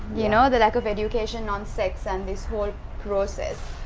you know, the lack of education on sex and this whole process.